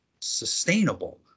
sustainable